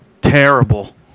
terrible